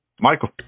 Michael